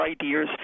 ideas